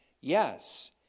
Yes